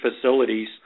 facilities